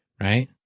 right